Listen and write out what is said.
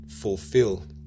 fulfill